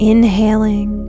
Inhaling